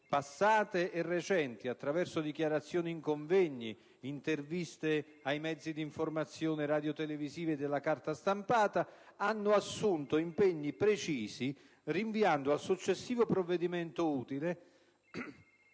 passate e recenti attraverso dichiarazioni in convegni, interviste ai mezzi di informazione radiotelevisivi e della carta stampata, ha assunto impegni precisi rinviando al successivo provvedimento utile